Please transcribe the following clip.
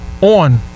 on